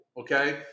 okay